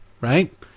right